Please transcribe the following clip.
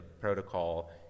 protocol